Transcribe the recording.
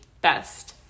best